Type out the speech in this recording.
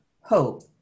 hope